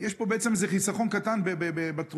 יש פה בעצם, זה חיסכון קטן בתרופה.